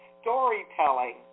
storytelling